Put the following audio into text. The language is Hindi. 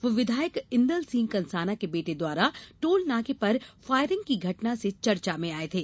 वह विधायक इंदल सिंह कंसाना के बेटे द्वारा टोल नाके पर फायरिंग की घटना से चर्चा में आये थे